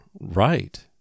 right